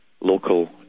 local